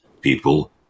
people